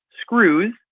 screws